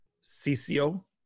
c-c-o